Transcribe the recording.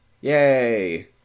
Yay